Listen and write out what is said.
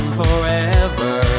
forever